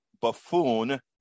buffoon